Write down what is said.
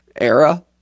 era